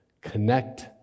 Connect